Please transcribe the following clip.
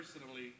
personally